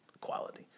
quality